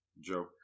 Joe